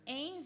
em